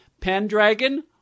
Pendragon